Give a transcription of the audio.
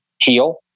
heal